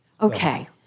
Okay